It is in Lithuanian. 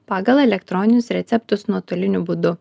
pagal elektroninius receptus nuotoliniu būdu